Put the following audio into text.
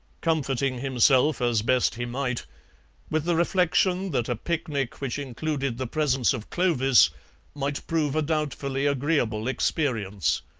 comforting himself as best he might with the reflection that a picnic which included the presence of clovis might prove a doubtfully agreeable experience.